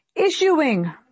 Issuing